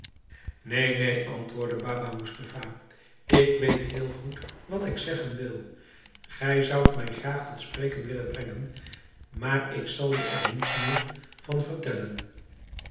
neen neen antwoordde baba moestapha ik weet heel goed wat ik zeggen wil gij zoudt mij graag tot spreken willen brengen maar ik zal er je niets meer van vertellen